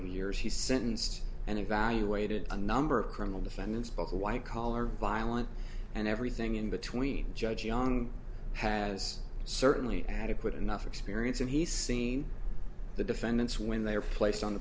of years he's sentenced and evaluated a number of criminal defendants both white collar violent and everything in between judge young has certainly adequate enough experience and he's seen the defendants when they are placed on